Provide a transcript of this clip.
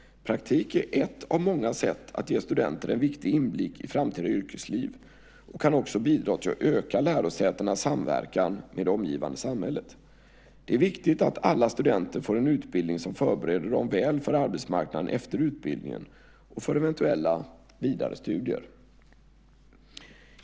Praktik är ett av många sätt att ge studenter en viktig inblick i framtida yrkesliv och kan också bidra till att öka lärosätenas samverkan med det omgivande samhället. Det är viktigt att alla studenter får en utbildning som förbereder dem väl för arbetsmarknaden efter utbildningen och för eventuella vidare studier.